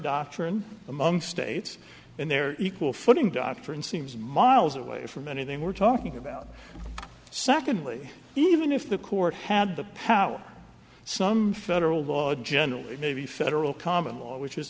doctrine among states and their equal footing doctrine seems miles away from anything we're talking about secondly even if the court had the power some federal law generally maybe federal common law which is